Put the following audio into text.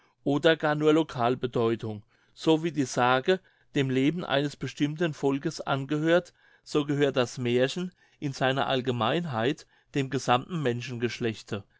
oder gar nur local beziehung so wie die sage dem leben eines bestimmten volkes angehört so gehört das märchen in seiner allgemeinheit dem gesammten